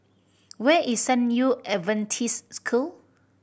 where is San Yu Adventist School